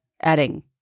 adding